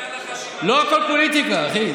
לא הכול פוליטיקה, אחי.